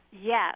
Yes